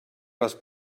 les